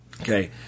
Okay